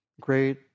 great